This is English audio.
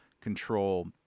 control